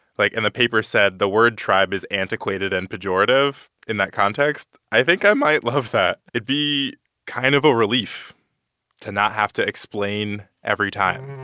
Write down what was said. like, and the paper said, the word tribe is antiquated and pejorative in that context, i think i might love that. it'd be kind of a relief to not have to explain every time.